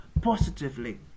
positively